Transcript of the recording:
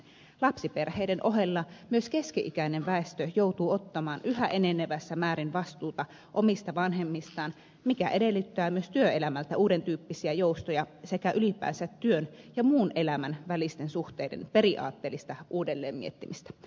lapsiperheiden ohella myös keski ikäinen väestö joutuu ottamaan yhä enenevässä määrin vastuuta omista vanhemmistaan mikä edellyttää myös työelämältä uuden tyyppisiä joustoja sekä ylipäänsä työn ja muun elämän välisten suhteiden periaatteellista uudelleen miettimistä